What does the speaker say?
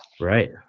Right